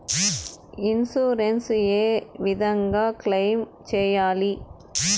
Insurance ఏ విధంగా claim సేయాలి?